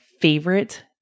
favorite